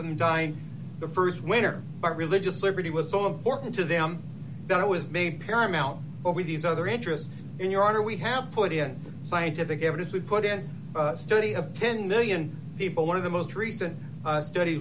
them die in the st winter but religious liberty was so important to them that i was made paramount over these other interests in your honor we have put in scientific evidence we put in study of ten million people one of the most recent study